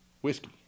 whiskey